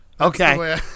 Okay